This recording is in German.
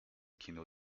kino